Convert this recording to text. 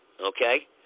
Okay